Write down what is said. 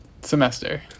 semester